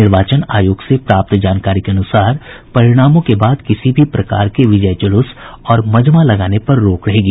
निर्वाचन आयोग से प्राप्त जानकारी के अनुसार परिणामों के बाद किसी भी प्रकार के विजय जुलूस और मजमा लगाने पर रोक रहेगी